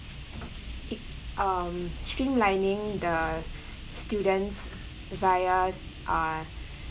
um streamlining the students via uh